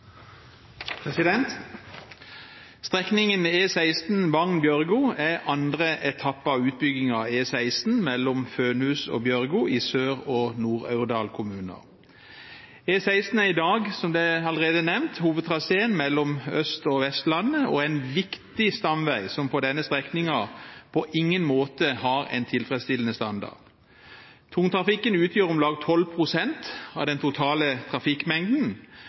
er andre etappe av utbyggingen av E16 mellom Fønhus og Bjørgo i Sør-Aurdal og Nord-Aurdal kommuner. E16 er i dag, som allerede nevnt, hovedtraseen mellom Øst- og Vestlandet og en viktig stamvei, som på denne strekningen på ingen måte har en tilfredsstillende standard. Tungtrafikken utgjør om lag 12 pst. av den totale trafikkmengden,